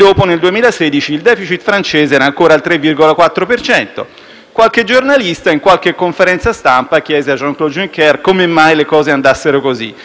Qualche giornalista, in qualche conferenza stampa, chiese a Jean-Claude Juncker come mai le cose andassero così e bisogna ricordare la risposta di Juncker quando si accusano